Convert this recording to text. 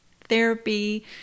therapy